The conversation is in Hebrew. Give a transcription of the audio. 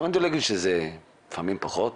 וכמובן משה והאחים ויכלר וראש המטה שלי רועי.